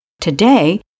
Today